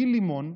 גיל לימון,